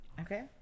Okay